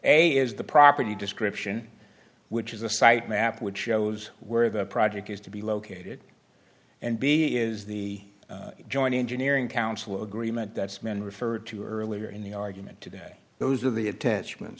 is the property description which is a site map which shows where the project is to be located and b is the joint engineering council agreement that's been referred to earlier in the argument today those are the attachments